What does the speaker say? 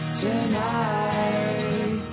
tonight